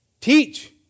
teach